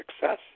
success